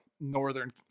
northern